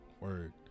Word